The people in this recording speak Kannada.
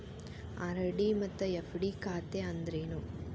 ಆರ್.ಡಿ ಮತ್ತ ಎಫ್.ಡಿ ಖಾತೆ ಅಂದ್ರೇನು